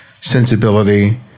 sensibility